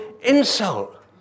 insult